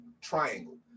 triangle